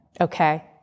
okay